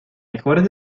mejores